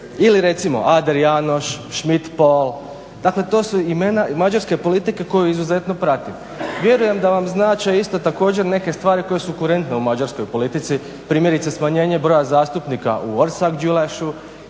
ili recimo … Janos, Schmitt POol dakle to su imena mađarske politike koju izuzetno pratim. Vjerujem da vam znače isto također neke stvari koje su kurentne u mađarskoj politici primjerice smanjenje broja zastupnika u Orszaggyulesu,